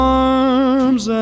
arms